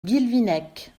guilvinec